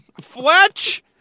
Fletch